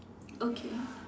okay